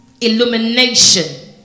illumination